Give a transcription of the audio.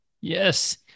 yes